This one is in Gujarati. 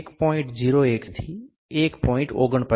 01 થી 1